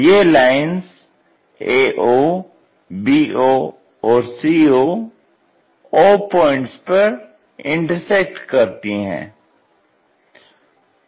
यह lines ao bo और co o point पर इंटरसेक्ट करती हैं